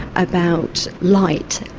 about light,